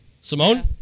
Simone